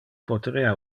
poterea